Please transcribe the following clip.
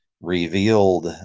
revealed